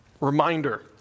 Reminder